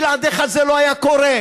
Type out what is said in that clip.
בלעדיך זה לא היה קורה,